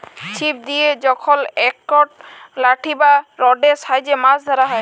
ছিপ দিয়ে যখল একট লাঠি বা রডের সাহায্যে মাছ ধ্যরা হ্যয়